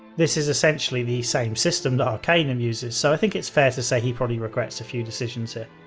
this is essentially the same system that arcanum uses, so i think it's fair to say he probably regrets a few decisions here.